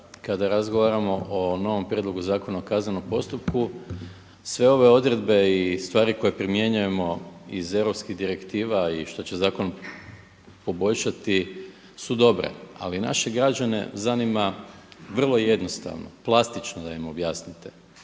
kada razgovaramo o novom Prijedlogu Zakona o kaznenom postupku sve ove odredbe i stvari koje primjenjujemo iz europskih direktiva i što će zakon poboljšati su dobre, ali naše građane zanima vrlo jednostavno, plastično da im objasnite.